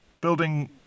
building